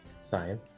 sign